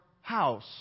house